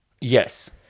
Yes